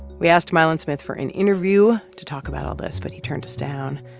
we asked milan smith for an interview to talk about all this, but he turned us down.